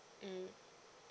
mmhmm